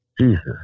Jesus